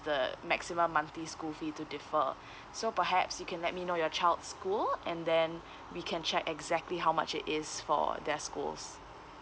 the maximum monthly school fee to differ so perhaps you can let me know your child's school and then we can check exactly how much it is for their schools